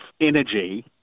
energy